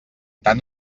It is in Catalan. tant